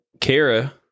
Kara